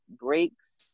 breaks